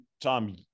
Tom